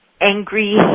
angry